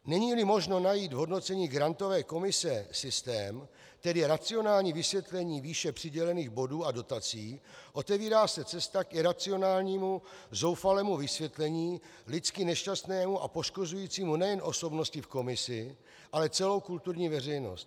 Neníli možno najít v hodnocení grantové komise systém, tedy racionální vysvětlení výše přidělených bodů a dotací, otevírá se cesta k iracionálnímu, zoufalému vysvětlení, lidsky nešťastnému a poškozujícímu nejen osobnosti v komisi, ale celou kulturní veřejnost.